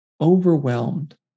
overwhelmed